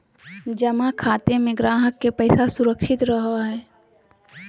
जमा खाते में ग्राहक के पैसा सुरक्षित रहो हइ